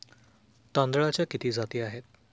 तांदळाच्या किती जाती आहेत?